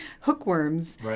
hookworms